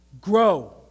Grow